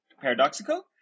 paradoxical